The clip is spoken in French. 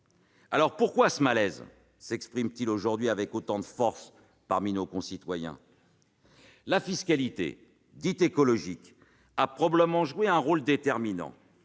Alors, pourquoi ce malaise s'exprime-t-il aujourd'hui avec autant de force parmi nos concitoyens ? La fiscalité dite écologique a probablement joué un rôle déterminant.